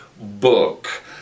book